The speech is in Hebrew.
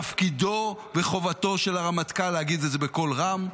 תפקידו וחובתו של הרמטכ"ל להגיד את זה בקול רם.